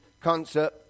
concert